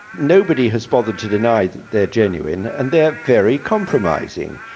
nobody has bothered to deny that they're genuine and they're very compromising.